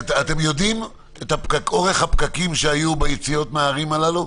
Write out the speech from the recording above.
אתם יודעים מה אורך הפקקים שהיו ביציאות מהערים הללו?